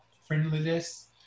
friendliness